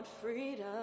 Freedom